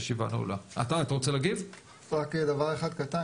רק דבר אחד קטן,